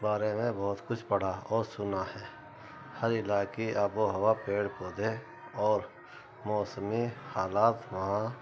بارے میں بہت کچھ پڑھا اور سنا ہے ہر علاقے آب و ہوا پیڑ پودھے اور موسمی حالات وہاں